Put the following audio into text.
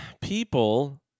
people